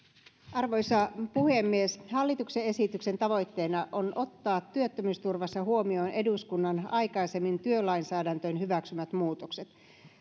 arvoisa puhemies hallituksen esityksen tavoitteena on ottaa työttömyysturvassa huomioon eduskunnan aikaisemmin työlainsäädäntöön hyväksymät muutokset